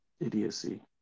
idiocy